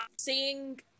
seeing